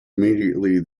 immediately